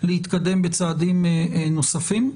להתקדם בצעדים נוספים.